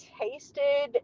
tasted